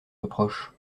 reproche